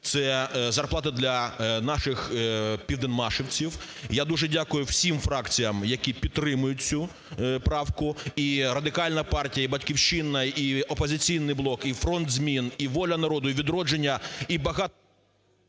це зарплата для наших південмашивців. Я дуже дякую всім фракціям, які підтримують цю правку – і Радикальна партія, і "Батьківщина", і "Опозиційний блок", і "Фронт змін", і "Воля народу", і "Відродження", і…